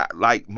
ah like,